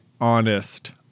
honest